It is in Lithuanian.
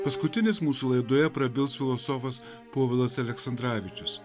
paskutinis mūsų laidoje prabils filosofas povilas aleksandravičius